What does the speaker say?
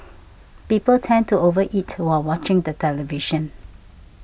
people tend to over eat while watching the television